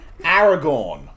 Aragorn